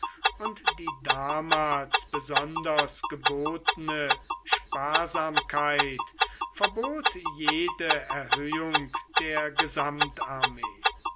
und die damals besonders gebotene sparsamkeit verbot jede erhöhung der